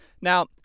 Now